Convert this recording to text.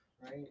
right